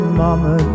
mama